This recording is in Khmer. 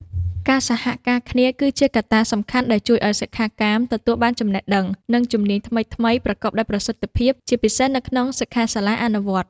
ការសហការគ្នា គឺជាកត្តាសំខាន់ដែលជួយឲ្យសិក្ខាកាមទទួលបានចំណេះដឹង និងជំនាញថ្មីៗប្រកបដោយប្រសិទ្ធភាព ជាពិសេសនៅក្នុង សិក្ខាសាលាអនុវត្តន៍។